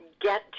get